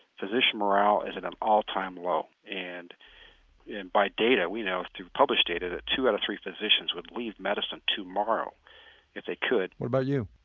physician morale is at an all-time low. and and by data, we know through published data that two out of three physicians would leave medicine tomorrow if they could. what about you?